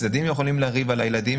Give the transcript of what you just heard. הצדדים יכולים לריב על הילדים,